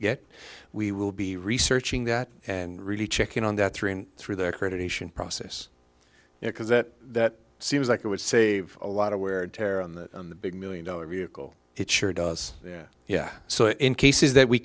yet we will be researching that and really checking on that through and through their credit nation process because that seems like it would save a lot of wear and tear on the on the big million dollar vehicle it sure does yeah yeah so in cases that we